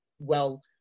well-